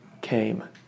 came